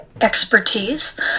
expertise